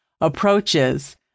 approaches